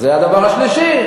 זה הדבר השלישי.